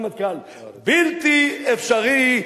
הרמטכ"ל: בלתי אפשרי,